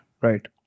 right